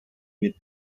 with